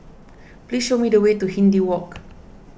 please show me the way to Hindhede Walk